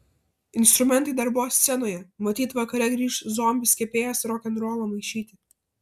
instrumentai dar buvo scenoje matyt vakare grįš zombis kepėjas rokenrolo maišyti